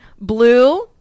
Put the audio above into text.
blue